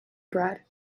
bread